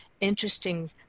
interesting